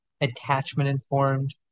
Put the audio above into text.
attachment-informed